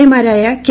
A മാരായ K